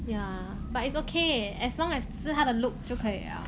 yeah but it's okay as long as 是他的 look 就可以了